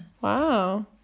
Wow